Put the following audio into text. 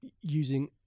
using